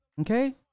okay